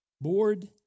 bored